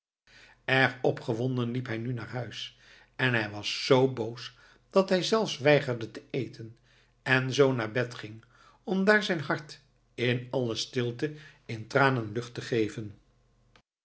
erg opgewonden liep hij nu naar huis en hij was z boos dat hij zelfs weigerde te eten en zoo naar bed ging om daar zijn hart in alle stilte in tranen lucht te geven